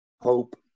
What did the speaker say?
Hope